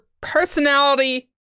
personality